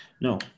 No